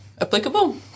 applicable